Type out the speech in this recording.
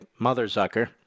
Motherzucker